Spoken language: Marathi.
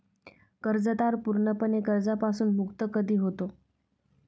कर्जदार पूर्णपणे कर्जापासून मुक्त कधी होतो?